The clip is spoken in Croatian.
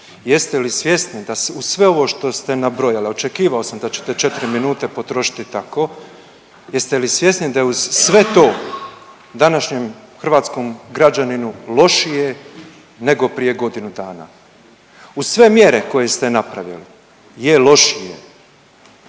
Jeste li svjesni da uz sve ovo što ste nabrojali, a očekivao sam da ćete četri minute potrošiti tako, jeste li svjesni da uz sve to današnjem hrvatskom građaninu lošije nego prije godinu dana? uz sve mjere koje ste napravili je lošije.